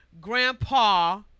Grandpa